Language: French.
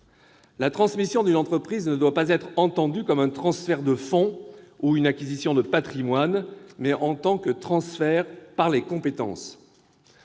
La transmission d'une entreprise doit être entendue non comme un transfert de fonds ou une acquisition de patrimoine, mais en tant que transfert par les compétences.